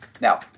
Now